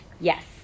Yes